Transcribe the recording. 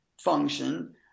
function